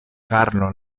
karlo